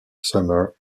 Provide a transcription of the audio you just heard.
summer